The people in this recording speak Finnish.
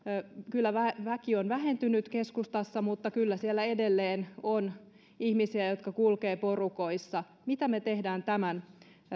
kyllä väki on vähentynyt keskustassa mutta kyllä siellä edelleen on ihmisiä jotka kulkevat porukoissa mitä me teemme tämän